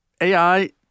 AI